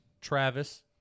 Travis